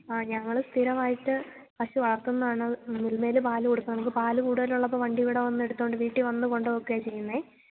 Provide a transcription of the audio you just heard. ആ ഞങ്ങള് സ്ഥിരമായിട്ട് പശു വളർത്തുന്നതാണ് മിൽമയില് പാല് കൊടുക്കാം നമുക്ക് പാല് കൂടുതലുള്ളപ്പോള് വണ്ടി ഇവിടെ വന്നെടുത്തുകൊണ്ട് വീട്ടിൽ വന്ന് കൊണ്ടുപോവുകയൊക്കെയാണ് ചെയ്യുന്നത്